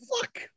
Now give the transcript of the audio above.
Fuck